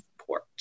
support